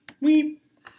weep